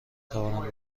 توانم